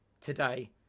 today